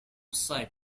site